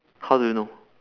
how do you know